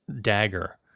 dagger